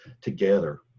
together